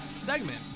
segment